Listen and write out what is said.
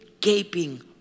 gaping